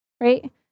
right